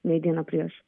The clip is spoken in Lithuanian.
nei dieną prieš